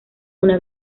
una